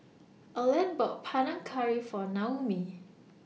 Erland bought Panang Curry For Noemie